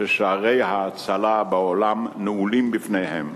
ששערי ההצלה בעולם נעולים בפניהם.